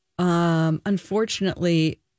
Unfortunately